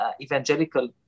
evangelical